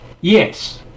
Yes